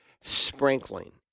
sprinkling